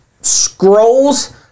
scrolls